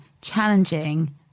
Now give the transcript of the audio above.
challenging